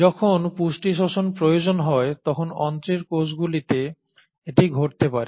যখন পুষ্টি শোষণ প্রয়োজন হয় তখন অন্ত্রের কোষগুলিতে এটি ঘটতে পারে